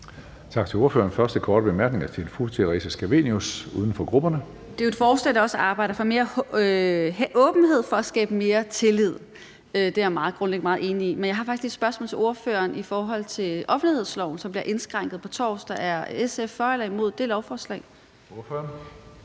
Tak til ordføreren. Den første korte bemærkning er til fru Theresa Scavenius, uden for grupperne. Kl. 14:06 Theresa Scavenius (UFG): Det er jo et forslag, der også arbejder for mere åbenhed for at skabe mere tillid. Det er jeg grundlæggende meget enig i. Men jeg har faktisk lige et spørgsmål til ordføreren i forhold til offentlighedsloven, som bliver indskrænket på torsdag: Er SF for eller imod det lovforslag? Kl.